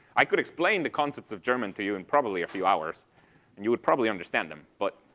i could explain the concepts of german to you in probably a few hours, and you would probably understand them. but